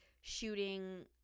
shooting